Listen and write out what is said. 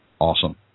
awesome